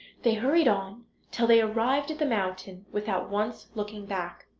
they hurried on till they arrived at the mountain without once looking back.